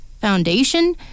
foundation